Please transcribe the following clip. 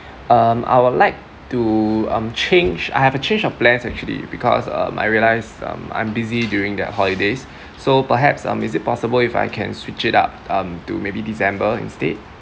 um I would like to um change I have a change of plans actually because um I realise um I'm busy during that holidays so perhaps um is it possible if I can switch it up um to maybe december instead